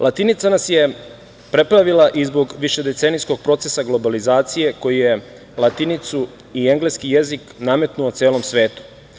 Latinica nas je preplavila i zbog višedecenijskog procesa globalizacije, koju je latinicu i engleski jezik nametnuo celom svetu.